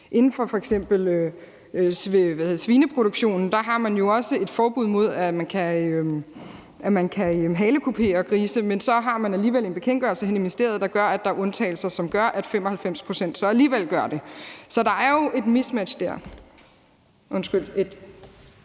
Inden for f.eks. svineproduktion har man jo også et forbud mod, at man kan halekupere grise, men så har man alligevel en bekendtgørelse henne i ministeriet, der gør, at der er undtagelser, og det betyder, at 95 pct. så alligevel gør det. Så der er jo et ulige forhold der.